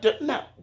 no